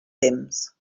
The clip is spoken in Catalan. temps